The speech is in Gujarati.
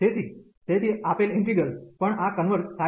તેથી તેથી આપેલ ઇન્ટિગલ પણ આ કન્વર્ઝ થાય છે